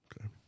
Okay